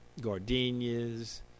gardenias